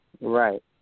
Right